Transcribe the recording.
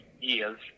years